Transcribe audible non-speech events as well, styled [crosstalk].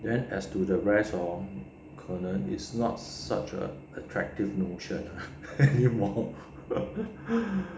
then as to the rest hor 可能 is not such a attractive notion [laughs]